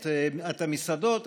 את המסעדות,